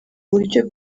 buryo